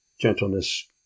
gentleness